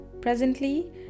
Presently